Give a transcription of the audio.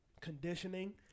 conditioning